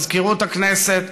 מזכירות הכנסת,